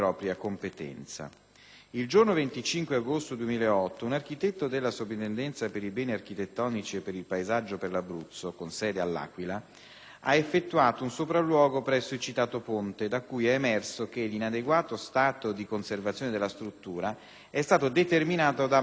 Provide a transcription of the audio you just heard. Il giorno 25 agosto 2008 un architetto della Soprintendenza per i beni architettonici e per il paesaggio per l'Abruzzo, con sede a L'Aquila, ha effettuato un sopralluogo presso il citato ponte da cui è emerso che l'inadeguato stato di conservazione della struttura è stato determinato da mancata manutenzione.